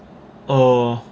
err